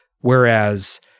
whereas